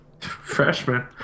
freshman